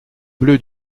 bleus